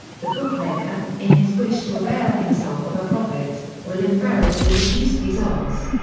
the bookmaker, in his wish to avail himself of a profit, will invariably reduce these odds.